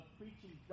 preaching